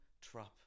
trap